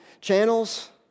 channels